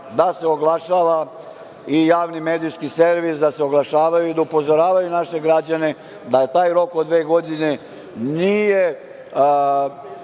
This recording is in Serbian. da se oglašava, i javni medijski servis da se oglašavaju i da upozoravaju naše građane, da taj rok od dve godine nije